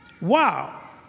Wow